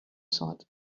thought